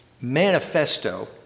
Manifesto